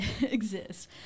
exist